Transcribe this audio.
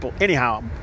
Anyhow